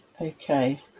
Okay